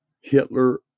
hitler